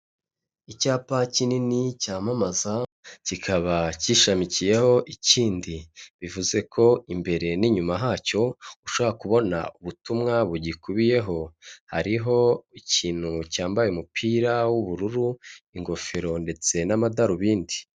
Icyapa kinini cyamamaza kikaba cyishamikiyeho ikindi bivuze ko imbere n'inyuma hacyo, ushaka kubona ubutumwa bugikubiyeho, hariho ikintu cyambaye umupira w'ubururu ingofero ndetse n'amadarubindi.